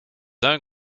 own